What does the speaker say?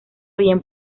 bien